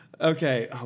Okay